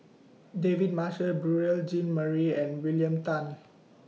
David Marshall Beurel Jean Marie and William Tan